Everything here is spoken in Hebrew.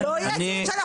לא הייתה מקבל שם